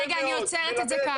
רגע, אני עוצרת את זה כאן.